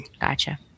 gotcha